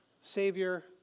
Savior